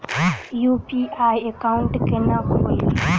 UPI account केना खोलि?